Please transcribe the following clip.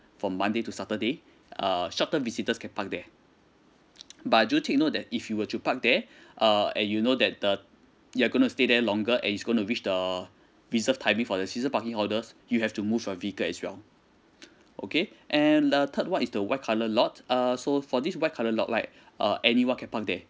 for monday to saturday uh short term visitors can park there but do take note that if you were to park there uh and you know that the you're gonna stay there longer and is going to reach the reserve timing for the season parking holders you have to move your vehicle as well okay and the third one is the white colour lot err so for this white colour lot right uh anyone can park there